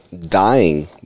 dying